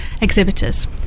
exhibitors